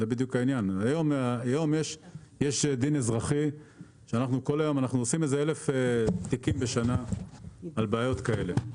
היום יש דין אזרחי ויש לנו כאלף תיקים בשנה בגין בעיות כאלה.